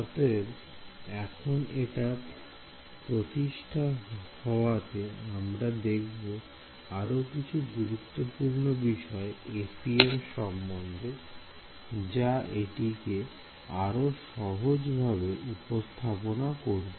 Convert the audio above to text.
অতএব এখন এটা প্রতিষ্ঠা হওয়াতে আমরা দেখব আরো কিছু গুরুত্বপূর্ণ বিষয় FEM সম্বন্ধে যা এটিকে আরও সহজভাবে উপস্থাপনা করবে